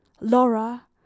Laura